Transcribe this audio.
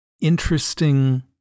interesting